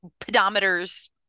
pedometers